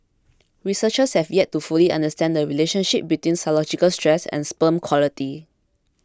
researchers have yet to fully understand the relationship between psychological stress and sperm quality